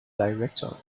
director